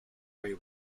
prey